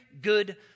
good